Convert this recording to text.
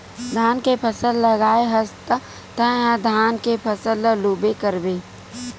धान के फसल लगाए हस त तय ह धान के फसल ल लूबे करबे